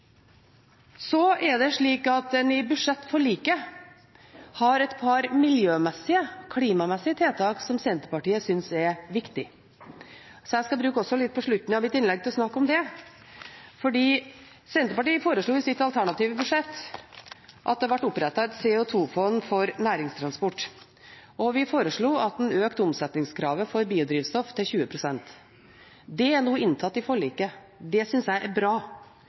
så jeg skal bruke litt tid på slutten av mitt innlegg til å snakke om det. Senterpartiet foreslo i sitt alternative budsjett at det ble opprettet et CO 2 -fond for næringstransport, og vi foreslo at en økte omsetningskravet for biodrivstoff til 20 pst. Det er nå inntatt i forliket. Det synes jeg er bra,